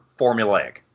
formulaic